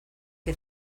que